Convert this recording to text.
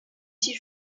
six